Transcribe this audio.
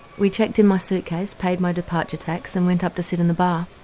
we checked in my suitcase, paid my departure tax and went up to sit in the bar.